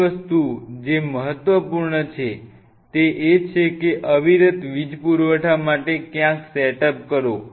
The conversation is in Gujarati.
બીજી વસ્તુ જે ખૂબ જ મહત્વપૂર્ણ છે તે છે કે તમે અવિરત વીજ પુરવઠા માટે ક્યાંક સેટઅપ કરો